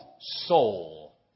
soul